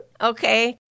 Okay